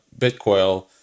Bitcoin